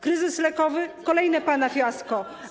Kryzys lekowy - kolejne pana fiasko.